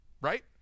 right